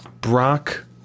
Brock